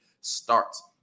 starts